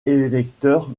électeur